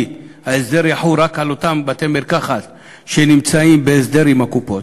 כי ההסדר יחול רק על אותם בתי-מרקחת שנמצאים בהסדר עם הקופות.